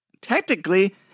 technically